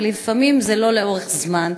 אבל לפעמים זה לא לאורך זמן,